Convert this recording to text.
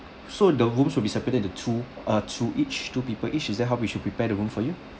so the rooms will be separated into two ah two each two people each is that how we should prepare the room for you